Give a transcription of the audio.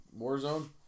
Warzone